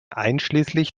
einschließlich